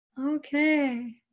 Okay